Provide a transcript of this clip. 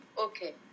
Okay